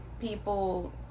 people